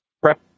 prep